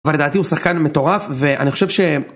אבל לדעתי הוא שחקן מטורף, ואני חושב ש...